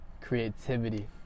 creativity